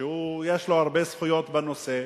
שיש לו הרבה זכויות בנושא,